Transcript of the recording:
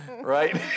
right